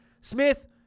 Smith